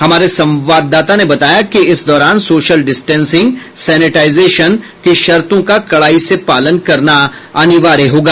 हमारे संवाददाता ने बताया कि इस दौरान सोशल डिस्टेंसिंग सेनेटाइजेशन की शर्तों का कड़ाई से पालन करना अनिवार्य होगा